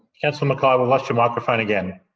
councillor mackay, we lost your microphone again.